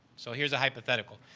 so, here is a hypothetical.